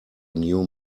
new